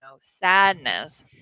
sadness